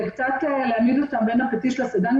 זה קצת להעמיד אותם בין הפטיש לסדן,